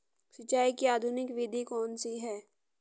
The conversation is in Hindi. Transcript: सिंचाई की आधुनिक विधि कौन सी है?